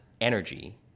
energy